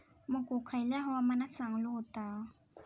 मको खयल्या हवामानात चांगलो होता?